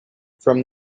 from